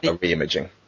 re-imaging